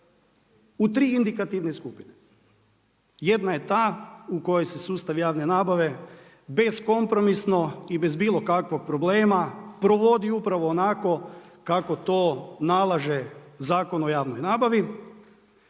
u 3 indikativne skupine. Jedna je ta u kojoj se sustav javne nabave bez kompromisno i bez bilo kakvog problema, provodi upravo onako kako to nalaže Zakon o javnoj nabavi.